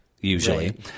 usually